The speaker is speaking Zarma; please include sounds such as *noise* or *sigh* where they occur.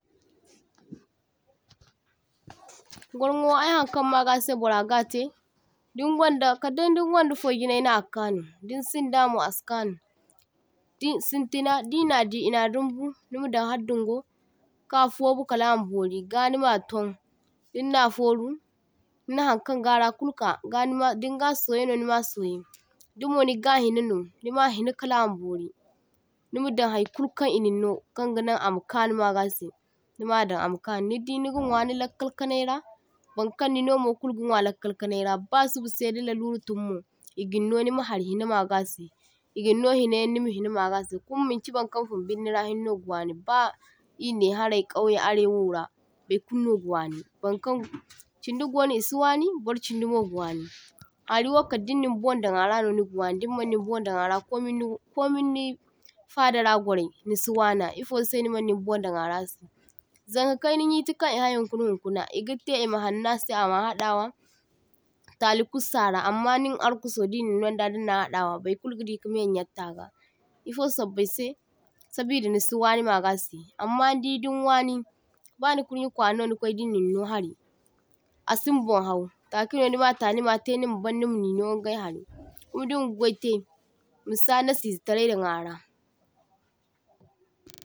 *noise* toh – toh Gwarnwawo ai haŋkaŋ maga se bora ga te, din gwaŋda kaddai din gwaŋda foi jinai na ga kaŋu, din sinda mo asi kaŋu, dis sintina dina di ina dumbu inadaŋ har dungo ka fobu kala amma bori ga nima tun, dinna foru nina haŋkaŋ ga ra kulu ka ga nima dinga soye no nima soye, dimo niga hina no nima hiŋa kalama bori nima daŋ hai kulu kaŋ inin no kaŋ ga naŋ ama kaŋu magase, nima dan amakanu nidi niga nwa ni lakkal kaŋai ra baŋkaŋ ninomo kul ga nwa lakkal kaŋai ra ba, subase da lalura tun mo igin no nima hari hine magase, iginno hineyaŋ nima hina magase, kuma maŋchi baŋkaŋ fun binni ra hinne no ga waŋi, ba i ne harai kauye arewora be kulno ga waŋi, baŋkaŋ chindi gono isi waŋi bar chindi mo ga waŋi, hari wo kaddin nin bon daŋ ara no niga waŋi, dinmaŋ ninbon daŋ ara komin nu komin ni fadara gwarai nisi waŋa, ifose ni maŋin bon daŋara se. Zaŋka kaina yinti kaŋ ihai hinkuna hinkuna igate ima har nase ama hadawa tali kussara, amma nin arkuso dinin nonda nina hadawa bai kulu ga diki me nyatta ga, ifo sobbai se, sabida nisi waŋi magase, amma nidi din waŋi ba ni kurnye kwara no ni kwai di nin no hari asin bon hau, take no nima ta nima te nima ban nima nino ingai hari, kuma dinga gwaite masa nasizitarai daŋ ara.